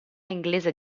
inglese